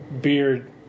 beard